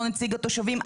לא נציג התושבים,